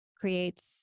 creates